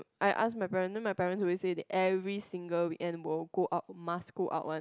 I ask my parent then my parent will say that every single weekend will go out must go out one